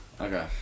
Okay